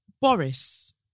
Boris